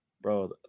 bro